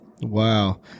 Wow